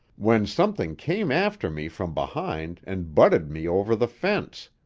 when something came after me from behind and butted me over the fence.